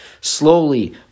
Slowly